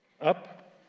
up